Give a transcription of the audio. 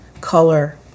color